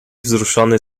wzruszony